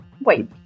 Wait